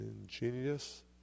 ingenious